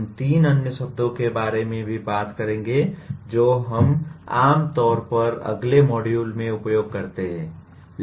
हम तीन अन्य शब्दों के बारे में भी बात करेंगे जो हम आम तौर पर अगले मॉड्यूल में उपयोग करते हैं